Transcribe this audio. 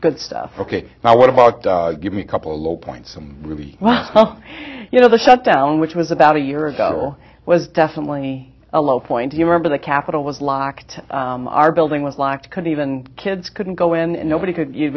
good stuff ok now what about give me a couple low points and really you know the shutdown which was about a year ago was definitely a low point do you remember the capitol was locked our building was locked couldn't even kids couldn't go in and nobody